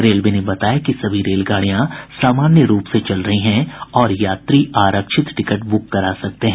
railway ने बताया कि सभी रेलगाड़ियां सामान्य रूप से चल रही हैं और यात्री आरक्षित टिकट बुक करा सकते हैं